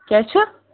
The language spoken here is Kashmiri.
کیٛاہ چھُ